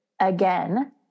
again